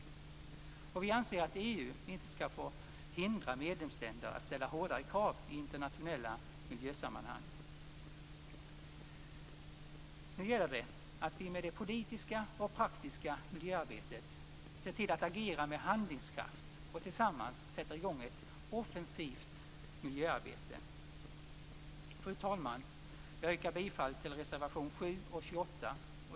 Vi anser att EU inte skall få hindra medlemsländer att ställa hårdare krav i internationella miljösammanhang. Nu gäller det att vi i det politiska och praktiska miljöarbetet agerar med handlingskraft och tillsammans sätter i gång ett offensivt miljöarbete. Fru talman! Jag yrkar bifall till reservationerna 7 och 28.